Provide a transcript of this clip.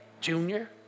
junior